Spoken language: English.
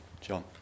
john